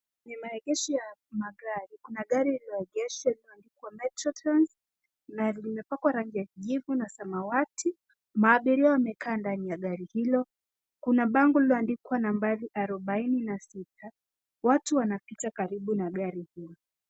Ni maegesho ya magari. Kuna gari lililoegeshwa limeandikwa METROTRANS, na limepakwa rangi ya kijivu na samawati. Maabiria wamekaa ndani ya gari hilo. Kuna bango lililoandikwa nabari arobaini na sita. Watu wanapita karibu na gari.